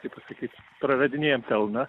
kaip pasakyt praradinėjam pelną